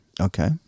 Okay